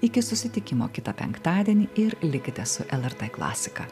iki susitikimo kitą penktadienį ir likite su lrt klasika